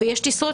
ויש טיסות